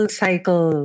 cycle